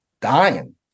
dying